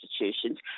institutions